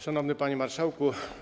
Szanowny Panie Marszałku!